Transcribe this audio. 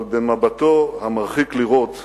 אבל במבטו המרחיק לראות